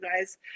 guys